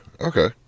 Okay